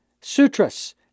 Sutras